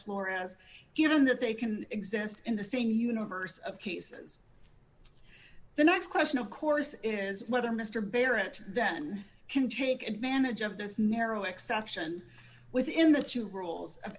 floor as given that they can exist in the same universe of cases the next question of course is whether mr barrett then can take advantage of this narrow exception within the two rules of